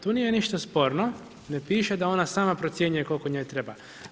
Tu nije ništa sporno, ne piše da ona sama procjenjuje koliko njoj treba.